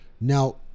Now